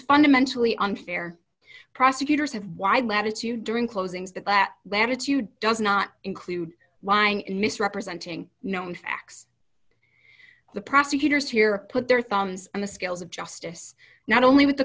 fundamentally unfair prosecutors have wide latitude during closings that that latitude does not include lying in misrepresenting known facts the prosecutors here put their thumbs on the scales of justice not only with the